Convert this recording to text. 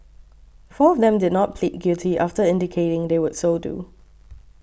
four of them did not plead guilty after indicating they would so do